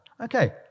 Okay